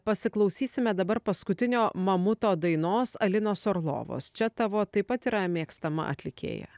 pasiklausysime dabar paskutinio mamuto dainos alinos orlovos čia tavo taip pat yra mėgstama atlikėja